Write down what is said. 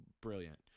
brilliant